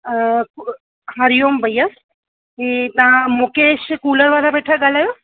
हरिओम भइया हीउ तव्हां मुकेश कूलर वारा वेठा ॻाल्हायो